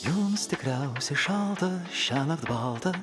jums tikriausiai šalta šiąnakt balta